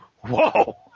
whoa